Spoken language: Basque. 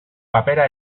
papera